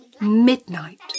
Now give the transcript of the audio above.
Midnight